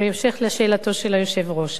בהמשך לשאלתו של היושב-ראש.